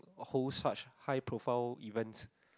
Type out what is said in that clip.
whole such high profile events